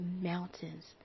mountains